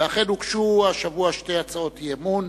אכן, הוגשו השבוע שתי הצעות אי-אמון,